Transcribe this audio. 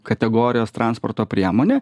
kategorijos transporto priemonė